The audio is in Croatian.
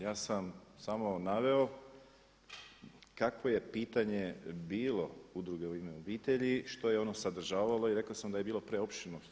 Ja sam samo naveo kakvo je pitanje bilo udruge „U ime obitelji“, što je ono sadržavalo i rekao sam da je bilo preopširno.